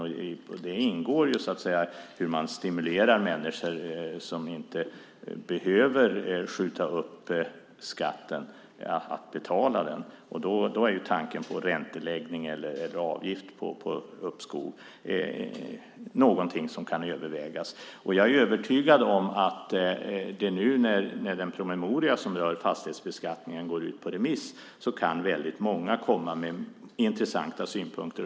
I det ingår hur man stimulerar människor som inte behöver skjuta upp skatten att betala den. Då är tanken på ränteläggning eller avgift på uppskov någonting som kan övervägas. Jag är övertygad om att nu, när den promemoria som vi har om fastighetsbeskattningen går ut på remiss, kan väldigt många komma med intressanta synpunkter.